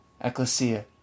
Ecclesia